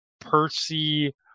Percy